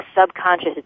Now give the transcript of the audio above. subconscious